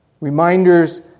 Reminders